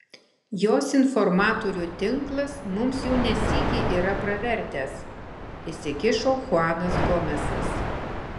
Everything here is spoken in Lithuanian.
jos informatorių tinklas mums jau ne sykį yra pravertęs įsikišo chuanas gomesas